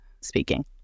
speaking